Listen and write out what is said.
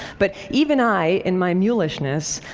but even i, in my mulishness,